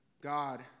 God